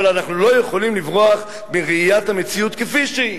אבל אנחנו לא יכולים לברוח מראיית המציאות כפי שהיא,